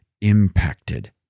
impacted